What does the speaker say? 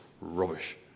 rubbish